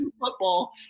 football